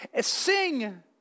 sing